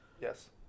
Yes